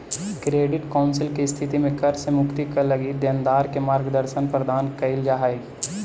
credit counselling के स्थिति में कर्ज से मुक्ति क लगी देनदार के मार्गदर्शन प्रदान कईल जा हई